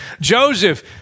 Joseph